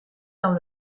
dans